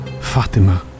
Fatima